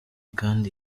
kandi